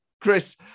Chris